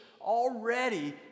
already